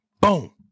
Boom